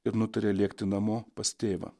ir nutarė lėkti namo pas tėvą